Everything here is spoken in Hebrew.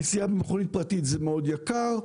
נסיעה במכונית פרטית זה יקר מאוד.